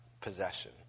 possession